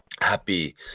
happy